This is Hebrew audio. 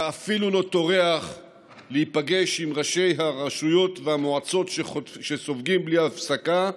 אתה אפילו לא טורח להיפגש עם ראשי הרשויות והמועצות שסופגים בלי הפסקה,